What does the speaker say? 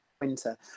winter